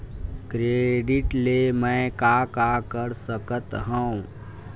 Credit ले मैं का का कर सकत हंव?